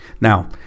Now